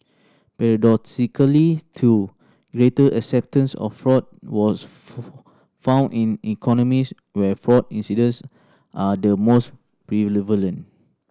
paradoxically too greater acceptance of fraud was found in economies where fraud incidents are the most